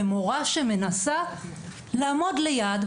ומורה שמנסה לעמוד ליד,